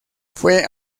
fue